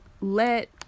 let